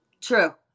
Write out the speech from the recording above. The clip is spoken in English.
True